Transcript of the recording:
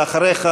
ואחריך,